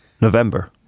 November